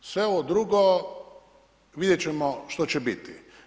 Sve ovo drugo vidjeti ćemo što će biti.